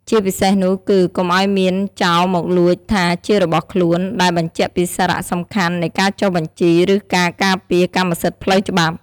ជាពិសេសនោះគឺ កុំឱ្យមានចោរមកលួចថាជារបស់ខ្លួន ដែលបញ្ជាក់ពីសារៈសំខាន់នៃការចុះបញ្ជី ឬការការពារកម្មសិទ្ធិផ្លូវច្បាប់។